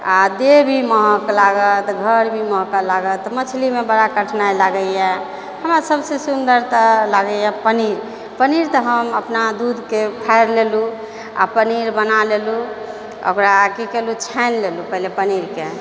आओर देह भी महकऽ लागत घर भी महकऽ लागत मछलीमे बड़ा कठिनाइ लागैए हमरा सबसँ सुन्दर तऽ लागैए पनीर पनीर तऽ हम अपना दूधके फाड़ि लेलहुँ आओर पनीर बना लेलहुँ ओकरा की केलहुँ छानि लेलहुँ पहिले पनीरके